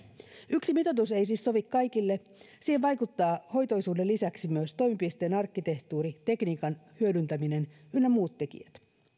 yksi mitoitus ei siis sovi kaikille siihen vaikuttavat hoitoisuuden lisäksi myös toimipisteen arkkitehtuuri tekniikan hyödyntäminen ynnä muut tekijät